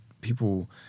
people